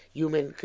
human